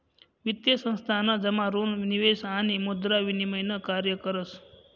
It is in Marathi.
वित्तीय संस्थान जमा ऋण निवेश आणि मुद्रा विनिमय न कार्य करस